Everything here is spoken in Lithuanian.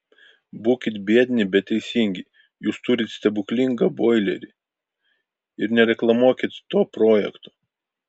būkit biedni bet teisingi jūs turit stebuklingą boilerį ir nereklamuokit to projekto